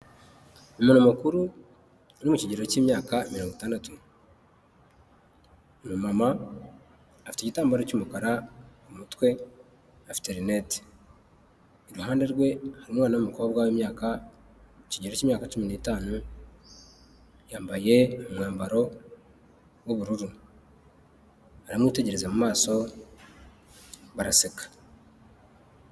Umuntu mukuru uri mu kigero cy'imyaka mirongo itandatu. Umumama afite igitambaro cy'umukara mu mutwe, afite lunette. Iruhande rwe hari umwana w'umukobwa w'imyaka, mu kigero cy'imyaka cumi n'itanu. Yambaye umwambaro w'ubururu. Aramwitegereza mu maso baraseka.